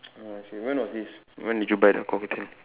ah I see when was this when did you buy the cockatoo